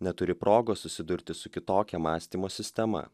neturi progos susidurti su kitokia mąstymo sistema